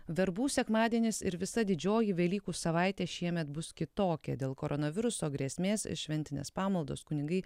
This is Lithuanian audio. verbų sekmadienis ir visa didžioji velykų savaitė šiemet bus kitokia dėl koronaviruso grėsmės šventinės pamaldos kunigai